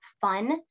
fun